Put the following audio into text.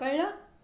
कळलं